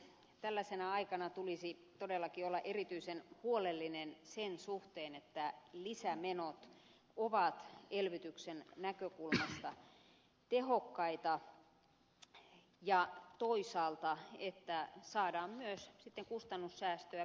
tällaisena aikana tulisi todellakin olla erityisen huolellinen sen suhteen että lisämenot ovat elvytyksen näkökulmasta tehokkaita ja toisaalta että saadaan myös sitten kustannussäästöä pidemmällä tähtäimellä